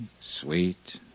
sweet